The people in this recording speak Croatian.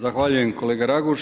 Zahvaljujem kolega Raguž.